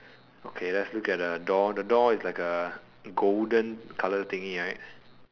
okay let's look at the door the door is like a golden colour thingy right